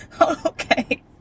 Okay